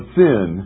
sin